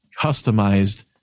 customized